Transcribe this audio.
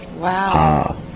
Wow